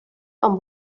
amb